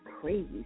crazy